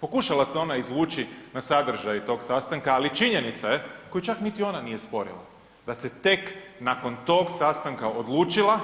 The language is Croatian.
Pokušala se ona izvući na sadržaj tog sastanka, ali činjenica je koju čak niti ona nije sporila da se tek nakon tog sastanka odlučila